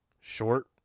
Short